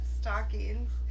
stockings